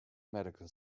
medical